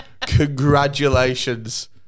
congratulations